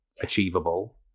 achievable